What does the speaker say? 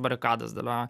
barikadas dėlioja